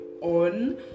on